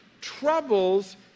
troubles